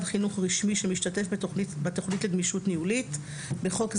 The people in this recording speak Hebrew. חינוך רשמי שמשתתף בתכנית לגמישות ניהולית (בחוק זה,